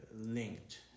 linked